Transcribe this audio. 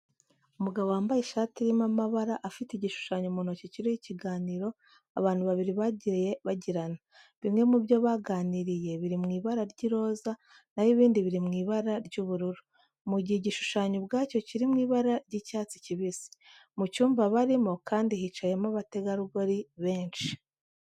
Umugabo wambaye ishati irimo amabara, afite igishushanyo mu ntoki kiriho ikiganiro abantu babiri bagiye bagirana. Bimwe mu byo baganiriye biri mu ibara ry'iroza na ho ibindi biri mu ibara ry'ubururu, mu gihe igishushanyo ubwacyo kiri mu ibara ry'icyatsi kibisi. Mu cyumba barimo kandi hicayemo abategarugori benshi.